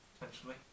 potentially